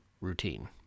routine